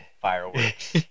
fireworks